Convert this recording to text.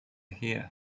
here